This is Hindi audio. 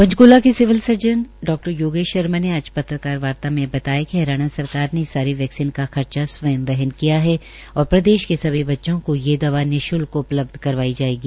पंचक्ला के civil surgeon doctor Yogesh Sharma ने आज पत्रकारवार्ता में यह जानकारी देते हए बताया कि हरियाणा सरकार ने इस सारी वैक्सीन का खर्चा स्वयं वहन किया है और प्रदेश के सभी बच्चों को यह दवा निःशुल्क उपलब्ध करवाई जाएगी